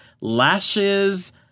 lashes